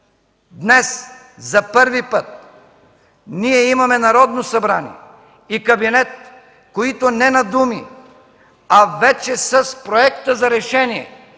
Днес за първи път ние имаме Народно събрание, което не на думи, а вече с проекта за решение